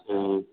ꯑꯥ